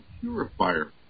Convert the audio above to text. purifier